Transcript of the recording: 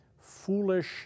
foolish